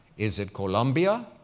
is it colombia,